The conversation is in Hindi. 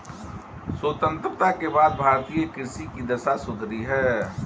स्वतंत्रता के बाद भारतीय कृषि की दशा सुधरी है